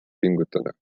pingutada